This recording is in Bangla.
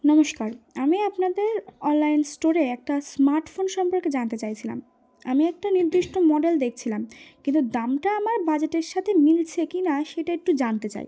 নমস্কার আমি আপনাদের অনলাইন স্টোরে একটা স্মার্টফোন সম্পর্কে জানতে চাইছিলাম আমি একটা নির্দিষ্ট মডেল দেখছিলাম কিন্তু দামটা আমার বাজেটের সাথে মিলছে কি না সেটা একটু জানতে চাই